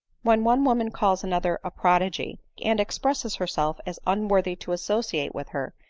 when one woman calls another a prodigy, and expresses herself as unworthy to associate with her,